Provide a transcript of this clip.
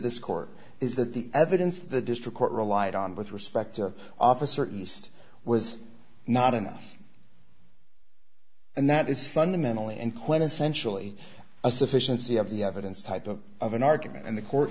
this court is that the evidence that the district court relied on with respect to officer used was not enough and that is fundamentally and quintessentially a sufficiency of the evidence type of of an argument and the court